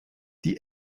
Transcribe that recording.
die